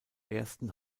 ersten